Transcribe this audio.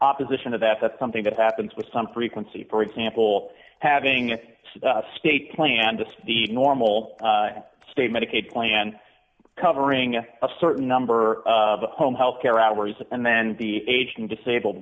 opposition to that that's something that happens with some frequency for example having a state plan just the normal state medicaid plan covering a certain number of home health care hours and then the aged and disabled